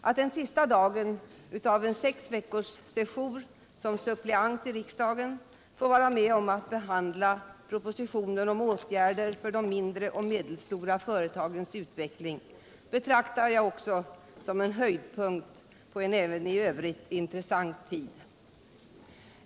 Att den sista dagen av en sex veckors session som suppleant i riksdagen få vara med om att behandla propositionen om åtgärder för de mindre och medelstora företagens utveckling betraktar jag som en höjdpunkt på en även i övrigt intressant tid.